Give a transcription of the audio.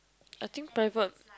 I think private